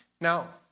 Now